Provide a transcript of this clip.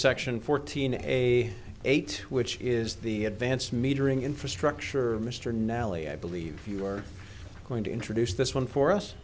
section fourteen a eight which is the advanced metering infrastructure mr nally i believe you are going to introduce this one for us